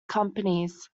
companies